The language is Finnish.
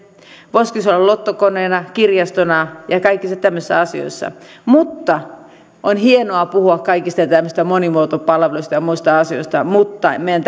voisiko se olla lottokoneena kirjastona ja kaikissa tämmöisissä asioissa on hienoa puhua kaikista tämmöisistä monimuotopalveluista ja muista asioista mutta meidän